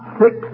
six